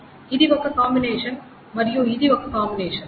ఇది ఒక కాంబినేషన్ మరియు ఇది ఒక కాంబినేషన్